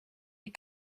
die